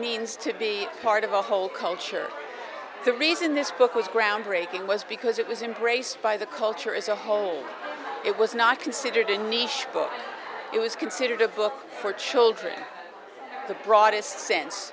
means to be part of a whole culture the reason this book was groundbreaking was because it was in brace by the culture as a whole it was not considered in nisha book it was considered a book for children in the broadest sense